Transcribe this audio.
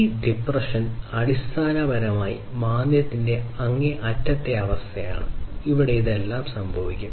ഈ ഡിപ്രെഷൻ അടിസ്ഥാനപരമായി മാന്ദ്യത്തിന്റെ അങ്ങേയറ്റത്തെ അവസ്ഥയാണ് ഇവിടെ ഇതെല്ലാം സംഭവിക്കും